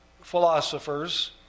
philosophers